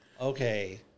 okay